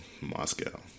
Moscow